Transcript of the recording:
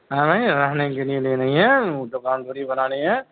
ہاں بھائی رہنے کے لیے لینی ہے دکان تھوڑی بنانی ہے